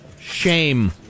Shame